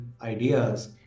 ideas